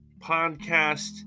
podcast